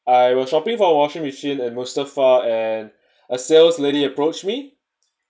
I was shopping for washing machine in mustafa and a sales lady approached me